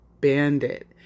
bandit